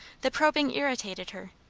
the probing irritated her.